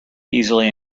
easily